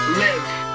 live